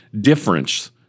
difference